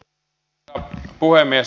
arvoisa puhemies